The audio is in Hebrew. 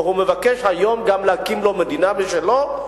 שמבקש היום גם להקים לו מדינה משלו.